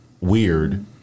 weird